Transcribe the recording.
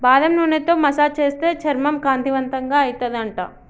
బాదం నూనెతో మసాజ్ చేస్తే చర్మం కాంతివంతంగా అయితది అంట